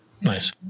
Nice